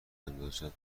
ندازه